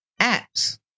apps